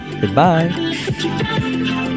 Goodbye